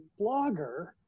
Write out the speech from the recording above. blogger